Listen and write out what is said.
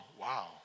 wow